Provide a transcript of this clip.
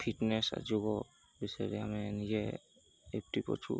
fitness ଯୁଗ ବିଷୟରେ ଆମେ ନିଜେ ଅଛୁ